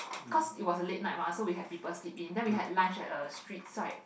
cause it was a late night mah so we had people sleep in then we had lunch at a street side